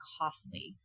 costly